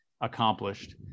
accomplished